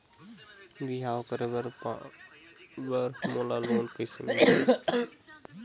बिहाव करे बर मोला लोन कइसे मिलही?